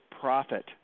profit